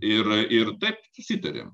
ir ir taip susitarėm